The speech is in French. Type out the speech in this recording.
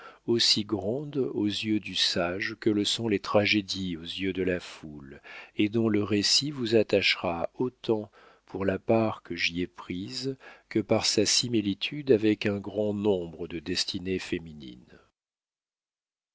aussi grande aux yeux du sage que le sont les tragédies aux yeux de la foule et dont le récit vous attachera autant pour la part que j'y ai prise que par sa similitude avec un grand nombre de destinées féminines